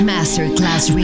Masterclass